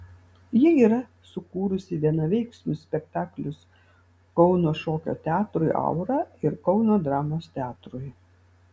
ji yra sukūrusi vienaveiksmius spektaklius kauno šokio teatrui aura ir kauno dramos teatrui